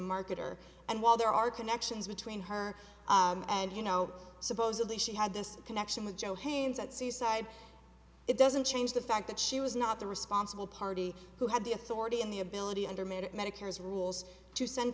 marketer and while there are connections between her and you know supposedly she had this connection with joe haines at seaside it doesn't change the fact that she was not the responsible party who had the authority and the ability under minute medicare's rules to send